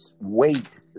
wait